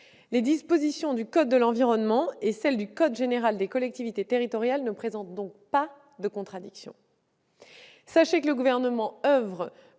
Les dispositions du code de l'environnement et celles du code général des collectivités territoriales ne présentent donc pas de contradictions. Sachez que le Gouvernement oeuvre